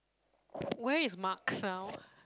where is mark sound